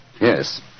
Yes